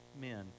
men